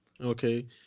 Okay